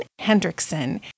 Hendrickson